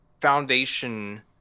foundation